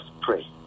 pray